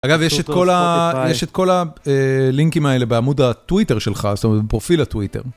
אגב, יש את כל הלינקים האלה בעמוד הטוויטר שלך, זאת אומרת בפרופיל הטוויטר.